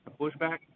pushback